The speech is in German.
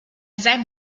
seinem